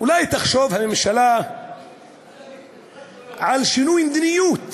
אולי תחשוב הממשלה על שינוי מדיניות,